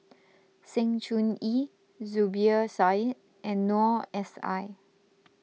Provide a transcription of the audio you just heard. Sng Choon Yee Zubir Said and Noor S I